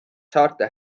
saarte